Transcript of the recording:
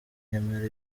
akemera